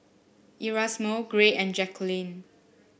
Erasmo Gray and Jacquline